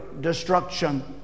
destruction